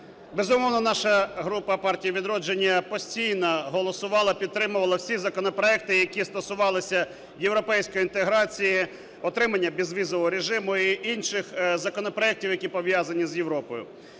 Безумовно, наша група "Партії "Відродження" постійно голосувала і підтримувала всі законопроекти, які стосувалися європейської інтеграції, отримання безвізового режиму і інших законопроектів, які пов'язані з Європою.